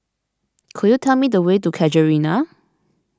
could you tell me the way to Casuarina